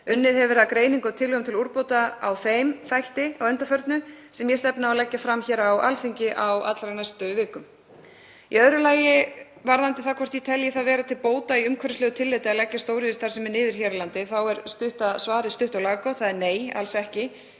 Unnið hefur verið að greiningu á tillögum til úrbóta á þeim þætti að undanförnu, sem ég stefni á að leggja fram sem mál á Alþingi á allra næstu vikum. Í öðru lagi, varðandi það hvort ég telji það vera til bóta í umhverfislegu tilliti að leggja stóriðjustarfsemi niður hér á landi, þá er svarið stutt og laggott: Nei, alls ekki.